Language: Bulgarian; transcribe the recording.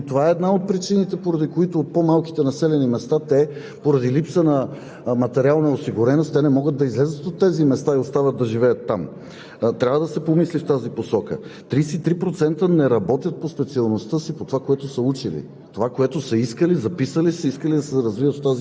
нещо, което е тревожно. Друго – казах Ви за педагогическата стая. Тридесет и пет процента от младите с висше образование живеят с родителите си. Може би това е една от причинете, поради които от по-малките населени места поради липса на материална осигуреност те не могат да излязат от тези места и остават да живеят там.